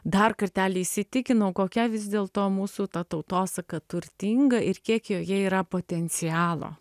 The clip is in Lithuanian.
dar kartelį įsitikinau kokia vis dėlto mūsų ta tautosaka turtinga ir kiek joje yra potencialo